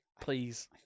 Please